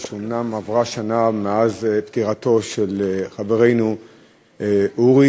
אומנם עברה שנה מאז פטירתו של חברנו אורי,